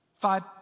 Five